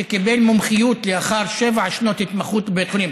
שקיבל מומחיות לאחר שבע שנות התמחות בבית החולים,